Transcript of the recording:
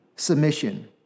Submission